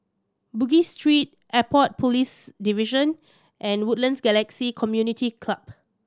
Bugis Street Airport Police Division and Woodlands Galaxy Community Club